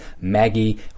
Maggie